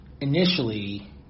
Initially